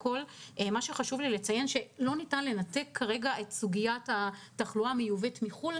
חשוב לי לציין שלא ניתן לנתק את סוגיית התחלואה המיובאת מחו"ל,